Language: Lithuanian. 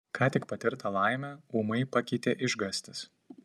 ką tik patirtą laimę ūmai pakeitė išgąstis